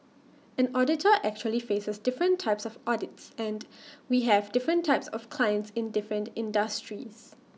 an auditor actually faces different types of audits and we have different types of clients in different industries